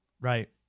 Right